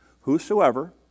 whosoever